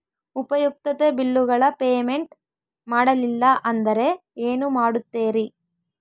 ಉಪಯುಕ್ತತೆ ಬಿಲ್ಲುಗಳ ಪೇಮೆಂಟ್ ಮಾಡಲಿಲ್ಲ ಅಂದರೆ ಏನು ಮಾಡುತ್ತೇರಿ?